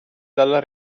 dalla